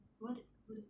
what what is it